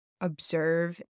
observe